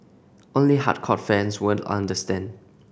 only hardcore fans would understand